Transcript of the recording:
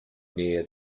near